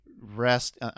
rest